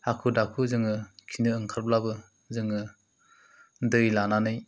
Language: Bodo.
हाखु दाखु जोङो खिनो ओंखारब्लाबो जोङो दै लानानै